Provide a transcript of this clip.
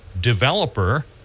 developer